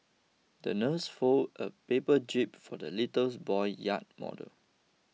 the nurse folded a paper jib for the little boy yacht model